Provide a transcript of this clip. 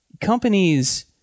companies